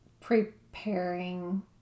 preparing